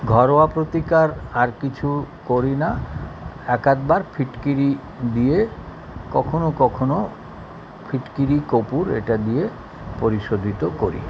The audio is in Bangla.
ঘরোয়া প্রতিকার আর কিছু করি না এক একবার ফিটকিরি দিয়ে কখনো কখনো ফিটকিরি কর্পুর এটা দিয়ে পরিশোধিত করি